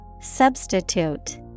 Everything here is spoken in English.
Substitute